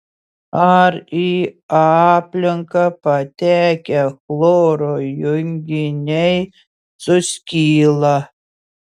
ar į aplinką patekę chloro junginiai suskyla